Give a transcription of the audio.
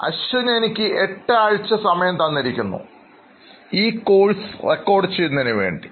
അശ്വിൻ എനിക്ക് എട്ട് ആഴ്ച സമയം തന്നിരിക്കുന്നു ഈ കോഴ്സ് റെക്കോർഡ് ചെയ്യുന്നതിനുവേണ്ടി